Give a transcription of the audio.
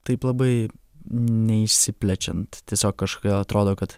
taip labai neišsiplečiant tiesiog kažkodėl atrodo kad